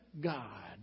God